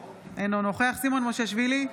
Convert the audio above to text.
אינו נוכח סימון מושיאשוילי,